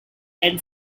and